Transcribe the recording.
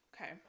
okay